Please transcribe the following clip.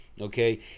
Okay